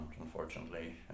unfortunately